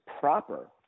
proper